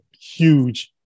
huge